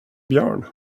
björn